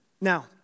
Now